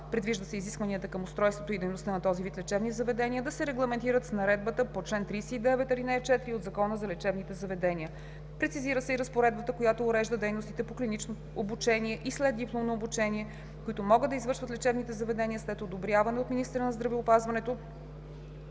Предвижда се изискванията към устройството и дейността на този вид лечебни заведения да се регламентират с Наредбата по чл. 39, ал. 4 от Закона за лечебните заведения. Прецизира се и разпоредбата, която урежда дейностите по клинично обучение и следдипломно обучение, които могат да извършват лечебните заведения след одобряване от министъра на здравеопазването,